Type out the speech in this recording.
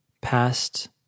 past